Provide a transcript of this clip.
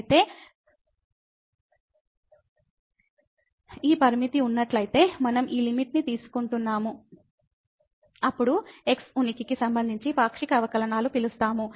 అయితే తే ఈ పరిమితి ఉన్నట్లయితే మనం ఈ లిమిట్ ని తీసుకుంటున్నాము అప్పుడు x ఉనికికి సంబంధించి పాక్షిక అవకలనాలును పిలుస్తాము